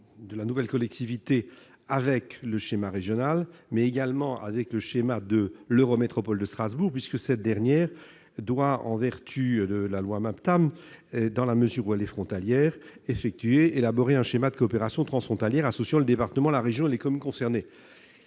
de la nouvelle collectivité et le schéma régional, mais aussi le schéma de l'eurométropole de Strasbourg. En effet, cette dernière doit, en vertu de la loi Maptam, dans la mesure où elle est frontalière, « élaborer un schéma de coopération transfrontalière associant le département, la région et les communes concernées